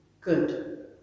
good